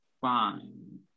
fine